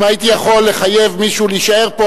אם הייתי יכול לחייב מישהו להישאר פה,